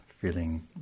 feeling